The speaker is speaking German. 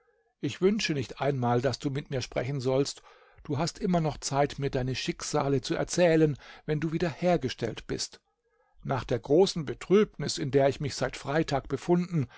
ich wünsche nicht einmal daß du mit mir sprechen sollst du hast immer noch zeit mir deine schicksale zu erzählen wenn du wieder hergestellt bist nach der großen betrübnis in der ich mich seit freitag befunden